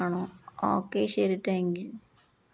ആണോ ഓക്കെ ശരി thank you